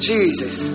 Jesus